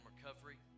recovery